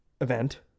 event